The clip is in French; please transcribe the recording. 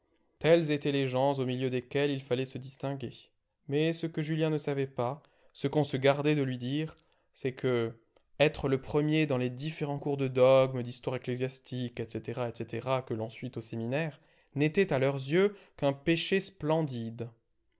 tels étaient les gens au milieu desquels il fallait se distinguer mais ce que julien ne savait pas ce qu'on se gardait de lui dire c'est que être le premier dans les différents cours de dogme d'histoire ecclésiastique etc etc que l'on suit au séminaire n'était à leurs yeux qu'un péché splendide